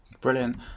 Brilliant